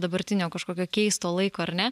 dabartinio kažkokio keisto laiko ar ne